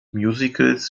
musicals